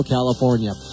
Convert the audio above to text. California